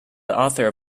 author